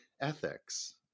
ethics